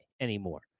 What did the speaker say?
anymore